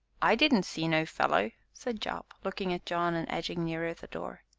i didn't see no fellow! said job, looking at john and edging nearer the door.